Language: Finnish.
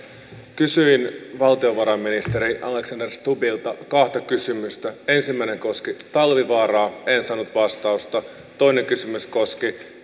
kysyin valtiovarainministeri alexander stubbilta kahta kysymystä ensimmäinen koski talvivaaraa en saanut vastausta toinen kysymys koski